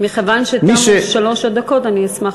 מכיוון שתמו שלוש הדקות, אני אשמח